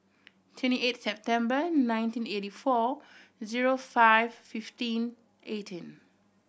twenty eight September nineteen eighty four zero five fifteen eighteen